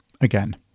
Again